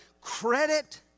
credit